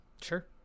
Sure